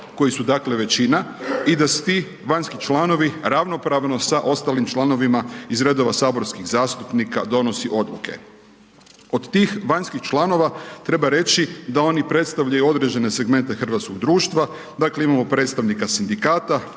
koji su dakle većina i da svi ti članovi ravnopravno sa ostalim članovima iz redova saborskih zastupnika donosi odluke. Od tih vanjskih članova treba reći da oni predstavljaju određene segmente hrvatskog društva, dakle imamo predstavnika sindikata,